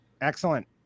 Excellent